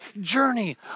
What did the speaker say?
journey